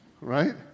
right